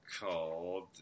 called